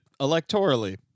electorally